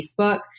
Facebook